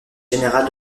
général